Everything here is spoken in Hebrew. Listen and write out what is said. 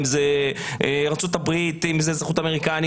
אם זה אזרחות אמריקנית,